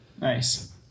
Nice